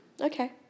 Okay